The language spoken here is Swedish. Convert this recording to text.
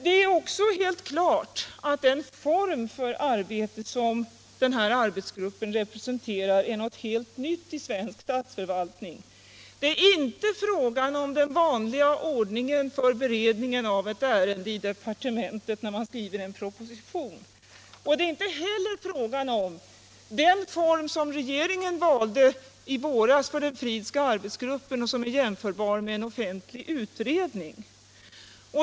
Det är också helt klart att den form för arbetet som arbetsgruppen representerar är något helt nytt i svensk statsförvaltning. Det är inte fråga om den vanliga ordningen för beredningen av ett ärende i departementet när man skriver en proposition. Och det är inte heller fråga om den form som regeringen valde i våras för den Fridhska arbetsgruppen och som är jämförbar med en offentlig utredning.